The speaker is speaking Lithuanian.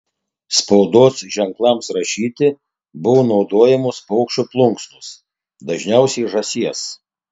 spaudos ženklams rašyti buvo naudojamos paukščio plunksnos dažniausiai žąsies